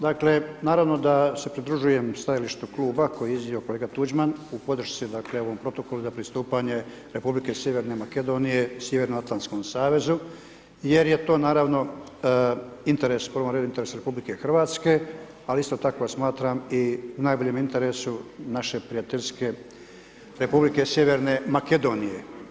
Dakle, naravno da se pridružujem stajalištu kluba koje je iznio kolega Tuđman u podršci dakle ovom protokolu za pristupanje Republike Sjeverne Makedonije Sjevernoatlantskom savezu jer je to naravno interes u prvom redu, interes RH ali isto tako smatram i najboljem interesu naše prijateljske Republike Sjeverne Makedonije.